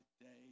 today